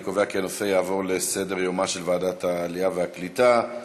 אני קובע כי הנושא יעבור לסדר-יומה של ועדת העלייה והקליטה.